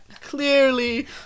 clearly